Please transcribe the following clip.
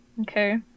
Okay